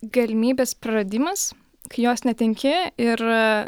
galimybės praradimas kai jos netenki ir